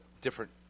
different